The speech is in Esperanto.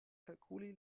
kalkuli